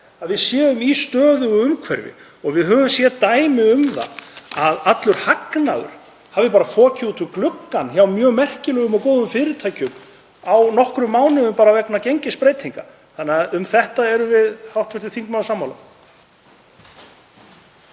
að við séum í stöðugu umhverfi. Við höfum séð dæmi um að allur hagnaður hafi bara fokið út um gluggann hjá mjög merkilegum og góðum fyrirtækjum á nokkrum mánuðum vegna gengisbreytinga. Þannig að um þetta erum við hv. þingmaður sammála.